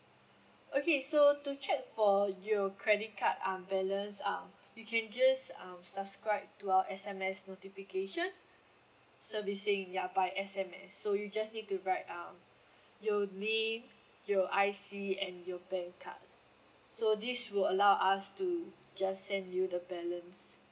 okay so to check for your credit card um balance uh you can just um subscribe to our S_M_S notification servicing ya by S_M_S so you just need to write um your name your I_C and your bank card so this will allow us to just send you the balance